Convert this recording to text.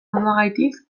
moduagatik